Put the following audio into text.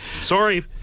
Sorry